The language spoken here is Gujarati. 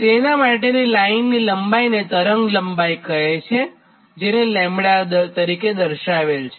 તેનાં માટેની લાઇનની લંબાઇને તરંગલંબાઇ λકહેવાય છે